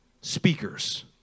speakers